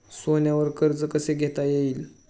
सोन्यावर कर्ज कसे घेता येईल?